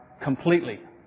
completely